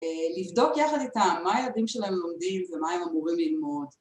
לבדוק יחד איתם מה הילדים שלהם לומדים ומה הם אמורים ללמוד